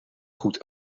goed